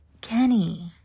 Kenny